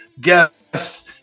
guests